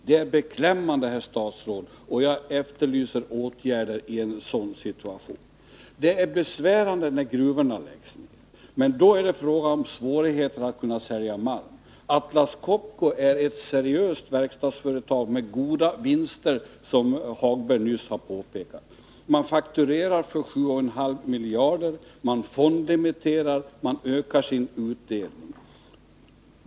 Det är beklämmande, herr statsråd, och jag efterlyser åtgärder i en sådan situation. Å Det är besvärande när gruvorna läggs ned, men då är det fråga om svårigheter att sälja malm. Atlas Copco är ett seriöst verkstadsföretag med goda vinster, som Lars-Ove Hagberg nyss har påpekat. Man fakturerar för 7,5 miljarder, man fondemitterar, och man ökar sin utdelning.